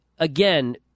Again